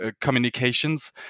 communications